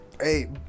hey